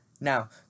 Now